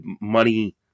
money